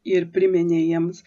ir priminė jiems